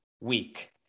week